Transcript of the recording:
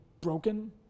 broken